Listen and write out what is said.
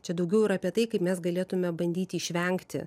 čia daugiau yra apie tai kaip mes galėtume bandyti išvengti